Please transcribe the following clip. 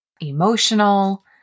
emotional